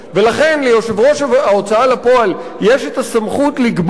ולכן ליושב-ראש ההוצאה לפועל יש הסמכות לקבוע